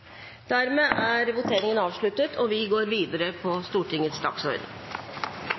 Dermed er voteringen avsluttet, og vi går videre på Stortingets dagsorden.